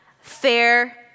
fair